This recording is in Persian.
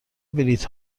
بلیط